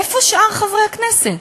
איפה שאר חברי הכנסת?